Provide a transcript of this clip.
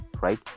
right